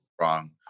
wrong